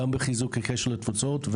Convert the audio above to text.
גם בחיזוק הקשר לתפוצות.